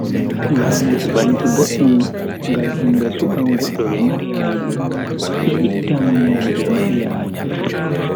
Laamu chubanki boddum ngam himbe suban goddo be mari haje be ittan mo be mari haje bo.